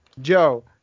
Joe